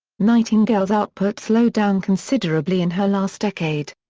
nightingale's output slowed down considerably in her last decade.